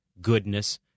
goodness